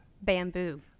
Bamboo